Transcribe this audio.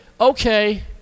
okay